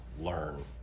learn